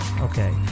okay